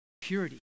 Purity